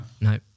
No